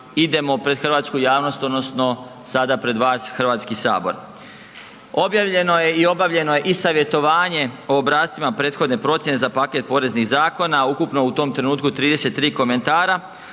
idemo pred hrvatsku javnost odnosno sada pred vas, Hrvatski sabor. Objavljeno je i obavljeno je i e-savjetovanje po obrascima prethodne procjene za paket poreznih zakona, ukupno u tom trenutku 33 komentara